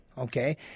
Okay